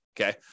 okay